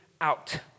out